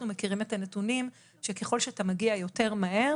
מכירים את הנתונים שככל שאתה מגיע מהר יותר,